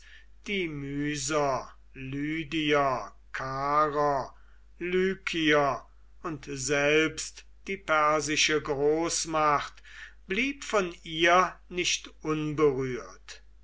lykier und selbst die persische großmacht blieb von ihr nicht unberührt